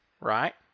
right